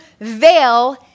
veil